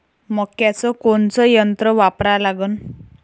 मक्याचं कोनचं यंत्र वापरा लागन?